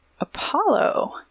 Apollo